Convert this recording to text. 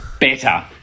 Better